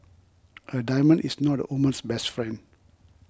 a diamond is not a woman's best friend